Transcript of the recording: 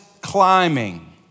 climbing